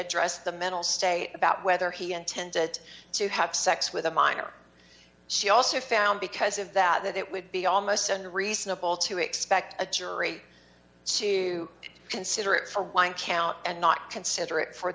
address the mental state about whether he intended to have sex with a minor she also found because of that that it would be almost unreasonable to expect a jury to consider it for one count and not consider it for